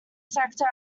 sector